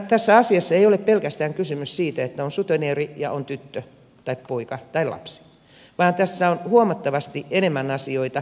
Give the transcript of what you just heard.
tässä asiassa ei ole pelkästään kysymys siitä että on sutenööri ja on tyttö tai poika tai lapsi vaan tässä on huomattavasti enemmän asioita